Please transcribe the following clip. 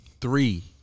Three